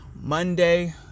monday